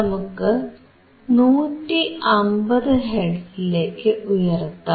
നമുക്ക് 150 ഹെർട്സിലേക്ക് ഉയർത്താം